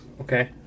Okay